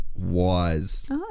wise